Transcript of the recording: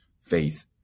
faith